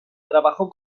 trabajó